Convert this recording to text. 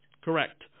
Correct